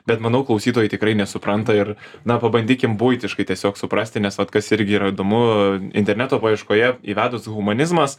bet manau klausytojai tikrai nesupranta ir na pabandykim buitiškai tiesiog suprasti nes vat kas irgi yra įdomu interneto paieškoje įvedus humanizmas